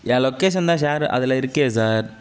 என் location தான் share அதில் இருக்கே சார்